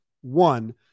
One